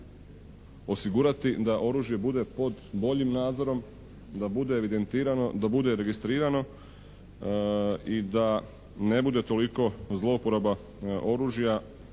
osigurati da oružje bude pod boljim nadzorom, da bude registrirano i da ne bude toliko zlouporaba oružja,